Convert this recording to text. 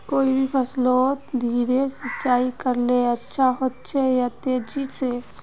कोई भी फसलोत धीरे सिंचाई करले अच्छा होचे या तेजी से?